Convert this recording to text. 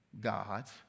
God's